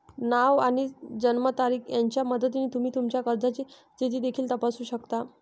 नाव आणि जन्मतारीख यांच्या मदतीने तुम्ही तुमच्या कर्जाची स्थिती देखील तपासू शकता